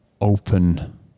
open